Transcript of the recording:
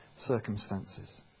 circumstances